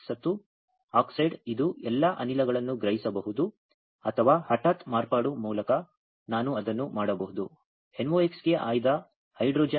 ಅದೇ ಸತು ಆಕ್ಸೈಡ್ ಇದು ಎಲ್ಲಾ ಅನಿಲಗಳನ್ನು ಗ್ರಹಿಸಬಹುದು ಅಥವಾ ಹಠಾತ್ ಮಾರ್ಪಾಡು ಮೂಲಕ ನಾನು ಅದನ್ನು ಮಾಡಬಹುದು NOx ಗೆ ಆಯ್ದ ಹೈಡ್ರೋಜನ್ ಆಯ್ಕೆ